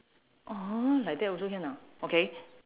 orh like that also can ah okay